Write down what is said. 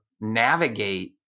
navigate